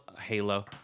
Halo